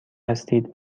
هستید